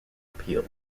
appeal